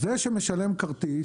זה שמשלם כרטיס,